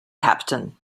captain